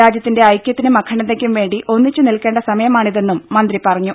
രാജ്യത്തിന്റെ ഐക്യത്തിനും അഖണ്ഡതയ്ക്കും വേണ്ടി ഒന്നിച്ചു നിൽക്കേണ്ട സമയമാണിതെന്നും മന്ത്രി പറഞ്ഞു